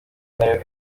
nayo